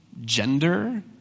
gender